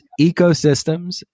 ecosystems